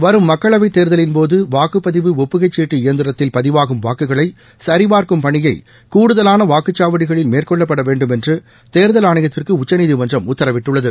வரும் மக்களவைத் தேர்தலின் போது வாக்குப் பதிவு ஒப்புகை சீட்டு இயந்திரத்தில் பதிவாகும் வாக்குகளை சரிபார்க்கும் பணியை கூடுதவான வாக்குச் சாவடிகளில் மேற்கொள்ளப்பட வேண்டும் என்று தேர்தல் ஆணையத்திற்கு உச்சநீதிமன்றம் உத்தரவிட்டுள்ளது